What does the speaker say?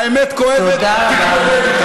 האמת כואבת, תתמודד אתה.